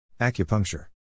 Acupuncture